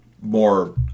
more